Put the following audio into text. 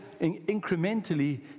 incrementally